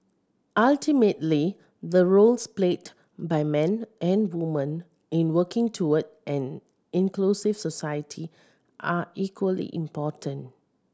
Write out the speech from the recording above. ultimately the roles played by men and women in working toward an inclusive society are equally important